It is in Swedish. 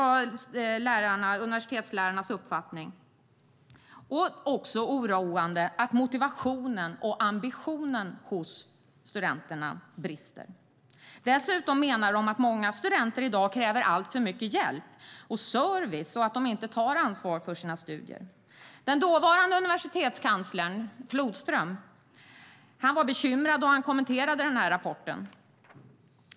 Det var universitetslärarnas uppfattning. De var också oroade av att motivationen och ambitionen brister hos studenterna. Dessutom menade lärarna att många studenter kräver alltför mycket hjälp och service och att de inte tar ansvar för sina studier. Dåvarande universitetskanslern Flodström var bekymrad då han kommenterade rapporten.